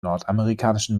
nordamerikanischen